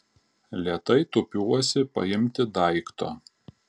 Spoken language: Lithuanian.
lėtai tūpiuosi paimti daikto